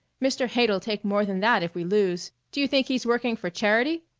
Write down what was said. mr. haight'll take more than that if we lose. do you think he's working for charity?